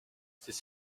c’est